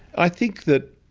i think that